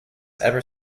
ever